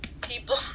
people